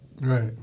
Right